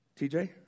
TJ